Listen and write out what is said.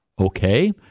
Okay